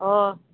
हय